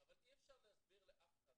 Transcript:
אבל אי אפשר להסביר לאף אחד,